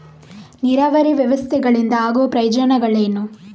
ನೀರಾವರಿ ವ್ಯವಸ್ಥೆಗಳಿಂದ ಆಗುವ ಪ್ರಯೋಜನಗಳೇನು?